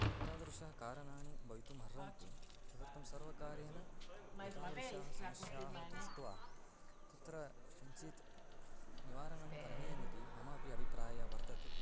एतादृशानि कारणानि भवितुम् अर्हन्ति तदर्थं सर्वकारेण एतादृशाः समस्याः दृष्ट्वा तत्र किञ्चित् निवारणं करणीयम् इति मम अपि अभिप्रायः वर्तते